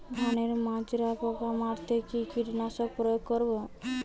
ধানের মাজরা পোকা মারতে কি কীটনাশক প্রয়োগ করব?